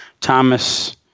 Thomas